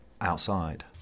outside